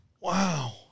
Wow